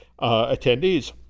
attendees